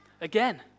again